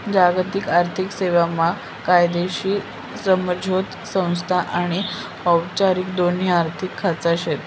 जागतिक आर्थिक सेवा मा कायदेशीर समझोता संस्था आनी औपचारिक दोन्ही आर्थिक खाचा शेत